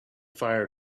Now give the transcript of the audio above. fire